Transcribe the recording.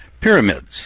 pyramids